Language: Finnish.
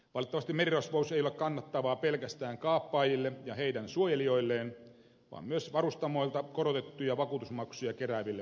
valitettavasti merirosvous ei ole kannattavaa pelkästään kaappaajille ja heidän suojelijoilleen vaan myös varustamoilta korotettuja vakuutusmaksuja kerääville vakuutusyhtiöille